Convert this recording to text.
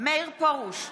מאיר פרוש,